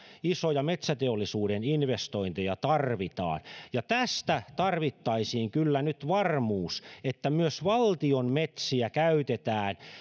isoja metsäteollisuuden investointeja tarvitaan ja tästä tarvittaisiin kyllä nyt varmuus että myös valtion metsiä käytetään